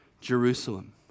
Jerusalem